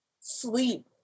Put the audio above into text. sleep